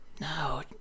No